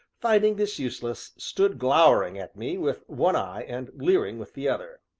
finding this useless, stood glowering at me with one eye and leering with the other.